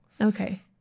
okay